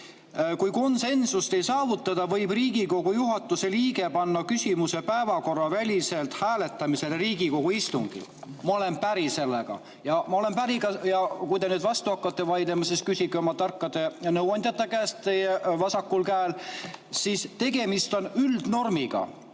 "Kui konsensust ei saavutata, võib Riigikogu juhatuse liige panna küsimuse päevakorraväliselt hääletamisele Riigikogu istungil." Ma olen sellega päri. Kui te nüüd vastu hakkate vaidlema, siis küsige oma tarkade nõuandjate käest teie vasakul käel. Tegemist on üldnormiga.